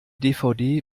dvd